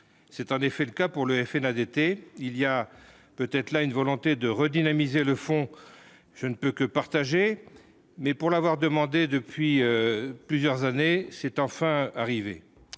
c'est un effet le cas pour le FN FNADT il y a peut-être là une volonté de redynamiser le fond, je ne peux que partager mais pour l'avoir demandé depuis plusieurs années, c'est enfin arrivé,